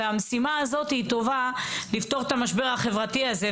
והמשימה הזאת היא טובה לפתור את המשבר החברתי הזה,